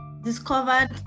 discovered